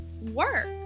work